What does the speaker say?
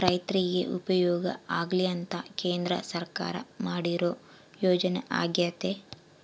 ರೈರ್ತಿಗೆ ಉಪಯೋಗ ಆಗ್ಲಿ ಅಂತ ಕೇಂದ್ರ ಸರ್ಕಾರ ಮಾಡಿರೊ ಯೋಜನೆ ಅಗ್ಯತೆ